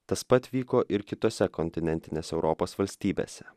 tas pat vyko ir kitose kontinentinės europos valstybėse